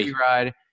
Ride